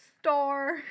star